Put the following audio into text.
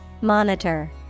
monitor